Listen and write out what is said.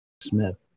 Smith